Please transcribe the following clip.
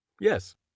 yes